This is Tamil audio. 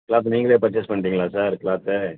க்ளாத் நீங்களே பர்ச்சேஸ் பண்ணிட்டீங்களா சார் க்ளாத்து